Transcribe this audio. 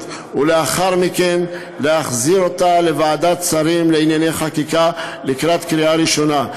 ולאחר מכן להחזיר אותה לוועדת שרים לענייני חקיקה לקראת קריאה ראשונה.